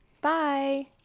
bye